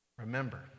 Remember